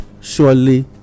surely